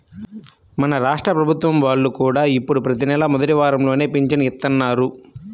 మన రాష్ట్ర ప్రభుత్వం వాళ్ళు కూడా ఇప్పుడు ప్రతి నెలా మొదటి వారంలోనే పింఛను ఇత్తన్నారు